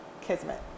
kismet